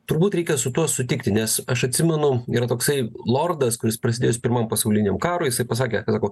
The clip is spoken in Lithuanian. turbūt reikia su tuo sutikti nes aš atsimenu yra toksai lordas kuris prasidėjus pirmam pasauliniam karui jisai pasakė kad sako